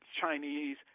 Chinese